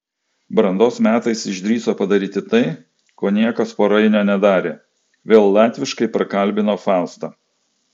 brandos metais išdrįso padaryti tai ko niekas po rainio nedarė vėl latviškai prakalbino faustą